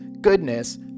goodness